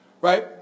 right